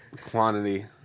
quantity